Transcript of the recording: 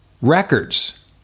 records